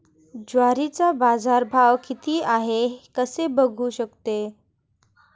ज्वारीचा बाजारभाव किती आहे कसे बघू शकतो?